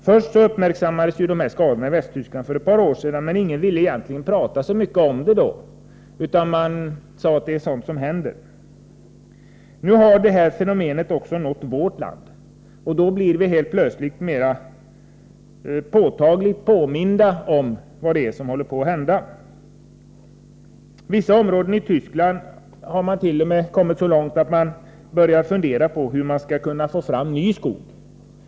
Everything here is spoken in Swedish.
Först uppmärksammades dessa skador i Västtyskland för ett par år sedan, men ingen ville egentligen prata så mycket om det då, utan man sade att det är sådant som händer. Nu har det här fenomenet nått också vårt land, och då blir vi helt plötsligt mera påtagligt påminda om vad det är som håller på att hända. I vissa områden i Tyskland har det t.o.m. gått så långt att man börjat fundera på hur man skall kunna få fram ny skog.